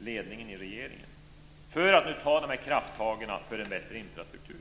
ledningen i regeringen - för att ta de här krafttagen för en bättre infrastruktur.